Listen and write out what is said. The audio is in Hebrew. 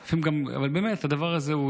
באמת, הדבר הזה,